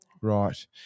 right